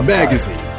Magazine